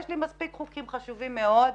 יש לי מספיק חוקים חשובים מאוד.